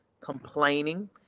complaining